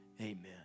Amen